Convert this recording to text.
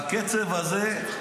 בקצב הזה,